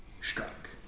struck